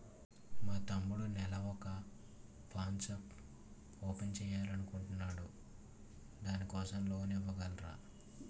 మా తమ్ముడు నెల వొక పాన్ షాప్ ఓపెన్ చేయాలి అనుకుంటునాడు దాని కోసం లోన్ ఇవగలరా?